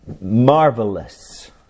marvelous